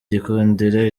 gikundiro